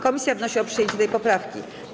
Komisja wnosi o przyjęcie tej poprawki.